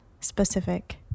specific